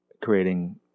creating